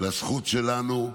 זו הזכות שלנו.